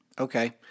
Okay